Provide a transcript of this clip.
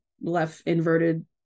left-inverted